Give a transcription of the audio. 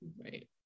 Right